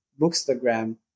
Bookstagram